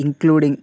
including